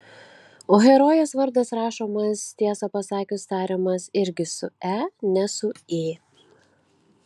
o herojės vardas rašomas tiesą pasakius tariamas irgi su e ne su ė